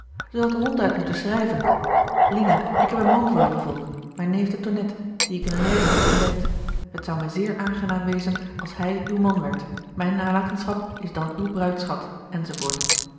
had ronduit moeten schrijven lina ik heb een man voor je gevonden mijn neef de tonnette dien ik in leiden heb ontdekt het zou mij zeer aangenaam wezen als hij uw man werd mijne nalatenschap is dan uw bruidschat